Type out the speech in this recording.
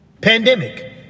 pandemic